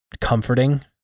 comforting